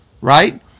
right